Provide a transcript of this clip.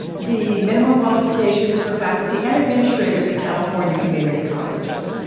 the minimum qualifications for faculty and administrators in california community colleges.